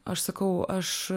aš sakau aš